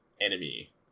enemy